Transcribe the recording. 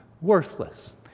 worthless